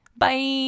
Bye